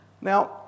Now